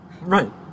Right